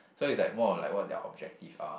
so it's like more of like what their objective are